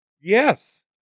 Yes